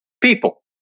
People